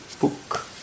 book